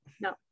no